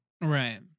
Right